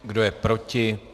Kdo je proti?